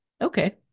Okay